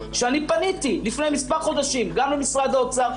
שאני פניתי לפני מספר חודשים גם למשרד האוצר,